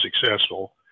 successful